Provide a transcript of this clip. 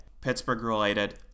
Pittsburgh-related